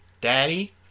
daddy